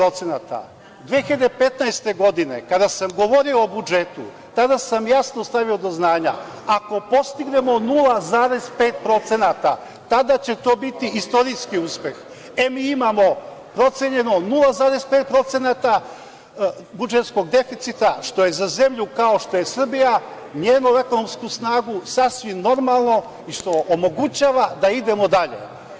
Godine 2015. kada sam govorio o budžetu tada sam jasno stavio do znanja, ako postignemo 0,5% tada će to biti istorijski uspeh, em imamo procenjeno 0,5% budžetskog deficita, što je za zemlju kao što je Srbija, njenu ekonomsku snagu, sasvim normalno i što omogućava da idemo dalje.